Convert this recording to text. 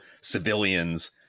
civilians